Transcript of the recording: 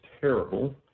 terrible